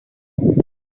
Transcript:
viande